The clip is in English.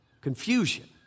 confusion